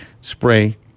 spray